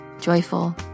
Joyful